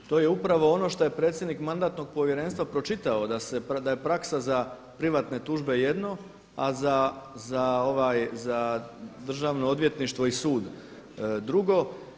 To je upravo ono što je predsjednik Mandatnog povjerenstva pročitao da je praksa za privatne tužbe jedno a za državno odvjetništvo i sud drugo.